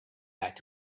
back